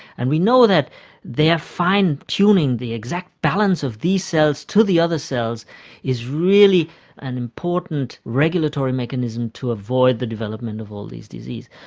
and we know that their fine-tuning the exact balance of these cells to the other cells is really an important regulatory mechanism to avoid the development of all these diseases.